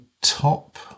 top